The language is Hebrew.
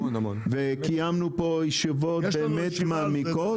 קיימנו פה ישיבות באמת מעמיקות,